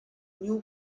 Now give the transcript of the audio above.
new